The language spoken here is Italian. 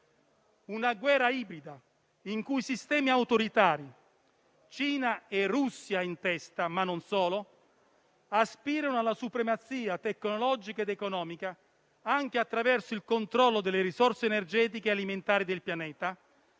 una guerra ibrida in cui sistemi autoritari (Cina e Russia in testa, ma non solo) aspirano alla supremazia tecnologica ed economica anche attraverso il controllo delle risorse energetiche e alimentari del pianeta,